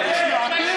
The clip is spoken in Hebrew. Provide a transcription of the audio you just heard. תתביישו לכם.